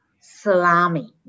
salami